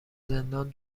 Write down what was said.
زندان